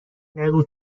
نگو